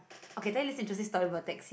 okay then let's it to story about tax